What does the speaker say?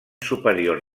superior